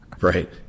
Right